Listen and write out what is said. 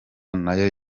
nayo